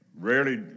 Rarely